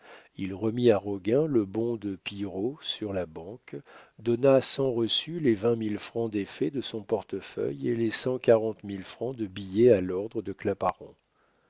il remit à roguin le bon de pillerault sur la banque donna sans reçu les vingt mille francs d'effets de son portefeuille et les cent quarante mille francs de billets à l'ordre de